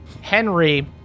Henry